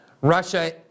Russia